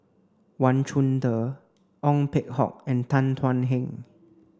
Wang Chunde Ong Peng Hock and Tan Thuan Heng